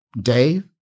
Dave